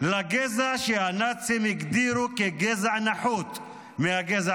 לגזע שהנאצים הגדירו כגזע נחות מהגזע